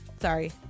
Sorry